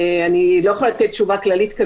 אני לא יכולה לתת תשובה כללית.